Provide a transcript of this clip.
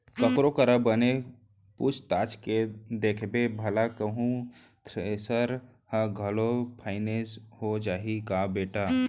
ककरो करा बने पूछ ताछ के देखबे भला कहूँ थेरेसर ह घलौ फाइनेंस हो जाही का बेटा?